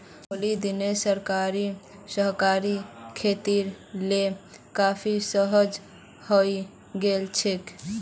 हालेर दिनत सरकार सहकारी खेतीक ले काफी सजग हइ गेल छेक